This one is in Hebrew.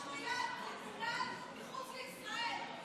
מחוץ לישראל,